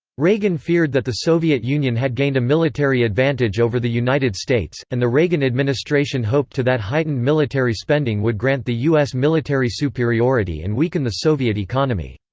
reagan feared that the soviet union had gained a military advantage over the united states, and the reagan administration hoped to that heightened military spending would grant the u s. military superiority and weaken the soviet economy.